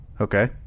Okay